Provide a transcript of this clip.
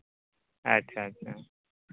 ᱟᱪᱪᱷᱟ ᱟᱪᱪᱷᱟ